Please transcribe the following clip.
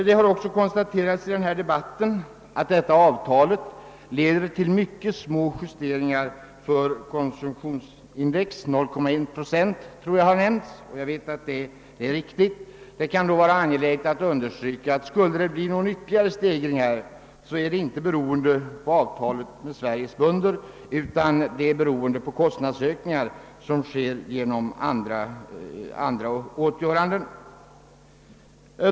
Det har konstaterats i debatten att detta avtal leder till mycket små justeringar för konsumtionsindex, nämligen 0,1 procent. Det kan då finnas anledning att understryka, att om det skulle bli någon ytterligare stegring, beror den inte på avtalet med jordbruket, utan på kostnadsökningar som uppkommer genom andras åtgöranden.